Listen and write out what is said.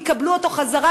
יקבלו אותו בחזרה,